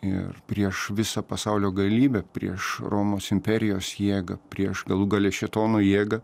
ir prieš visą pasaulio galybę prieš romos imperijos jėgą prieš galų gale šėtono jėgą